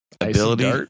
ability